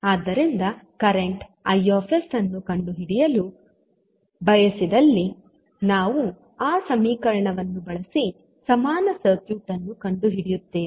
ಆದ್ದರಿಂದ current I ಅನ್ನು ಕಂಡುಹಿಡಿಯಲು ಬಯಸಿದಲ್ಲಿ ನಾವು ಆ ಸಮೀಕರಣವನ್ನು ಬಳಸಿ ಸಮಾನ ಸರ್ಕ್ಯೂಟ್ ಅನ್ನು ಕಂಡುಹಿಡಿಯುತ್ತೇವೆ